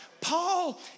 Paul